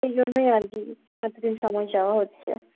ওই জন্যই আর কি অতো দিন সময় চাওয়া হচ্ছে